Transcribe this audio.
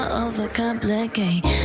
overcomplicate